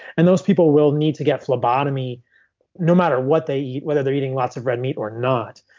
and those people will need to get phlebotomy no matter what they eat. whether they're eating lots of red meat or not.